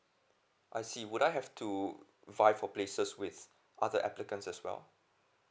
I see would I have to why for places with other applicants as well